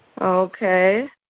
Okay